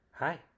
Hi